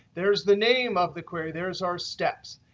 there is the name of the query, there's our steps.